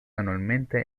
anualmente